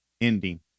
ending